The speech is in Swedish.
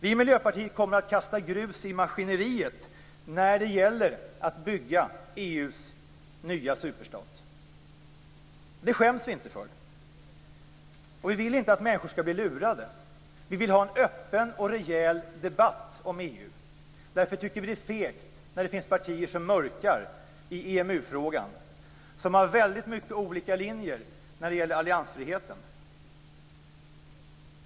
Vi i Miljöpartiet kommer att kasta grus i maskineriet när det gäller att bygga EU:s nya superstat, och det skäms vi inte för. Vi vill inte att människor skall bli lurade. Vi vill ha en öppen och rejäl debatt om EU. Därför tycker vi att det är fegt när partier som har väldigt många olika linjer när det gäller alliansfriheten mörkar i EU-frågan.